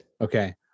Okay